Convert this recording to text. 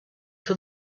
for